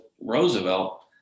Roosevelt